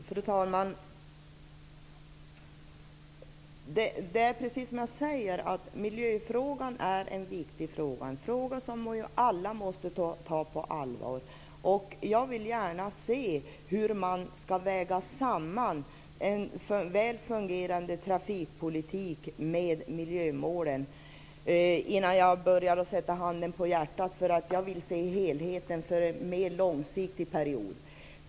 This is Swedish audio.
Fru talman! Det är precis som jag säger, miljöfrågan är en viktig fråga. Det är en fråga som vi alla måste ta på allvar. Jag vill gärna se hur man skall väga samman en väl fungerande trafikpolitik med miljömålen innan jag börjar lägga handen på hjärtat. Jag vill se helheten för en mer långsiktig period.